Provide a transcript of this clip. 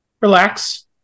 Relax